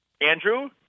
Andrew